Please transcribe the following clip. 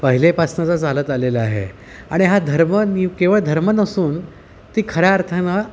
पहिल्यापासूनचा चालत आलेला आहे आणि हा धर्म केवळ धर्म नसून ती खऱ्या अर्थानं